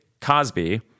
Cosby